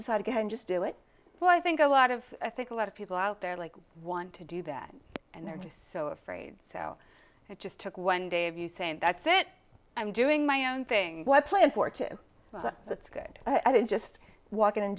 decided to just do it but i think a lot of i think a lot of people out there like want to do bad and they're just so afraid so i just took one day of you saying that fit i'm doing my own thing what playing for to that's good i didn't just walk in and